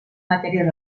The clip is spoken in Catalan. matèries